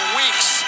weeks